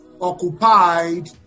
occupied